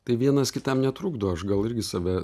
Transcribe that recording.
tai vienas kitam netrukdo aš gal irgi save